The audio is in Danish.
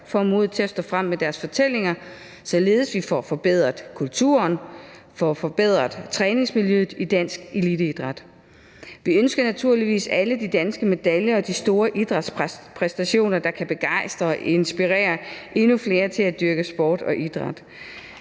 får mod til at stå frem med deres fortællinger, således at vi får forbedret kulturen, får forbedret træningsmiljøet i dansk eliteidræt. Vi ønsker naturligvis alle de danske medaljer og de store idrætspræstationer, der kan begejstre og inspirere endnu flere til at dyrke sport og idræt,